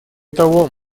того